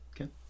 Okay